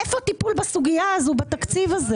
איפה הטיפול בסוגיה הזאת בתקציב?